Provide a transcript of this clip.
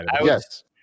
Yes